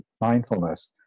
mindfulness